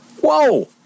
Whoa